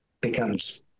becomes